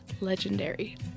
legendary